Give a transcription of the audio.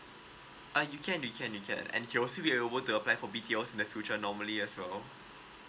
uh you can you can you can and you can also you be able to apply for B_T_O in the future normally as well